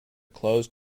closed